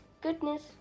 goodness